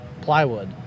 plywood